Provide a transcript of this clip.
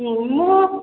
ହୁଁ ମୁଁ